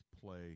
play